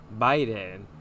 Biden